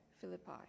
Philippi